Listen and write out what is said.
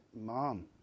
mom